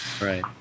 Right